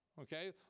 okay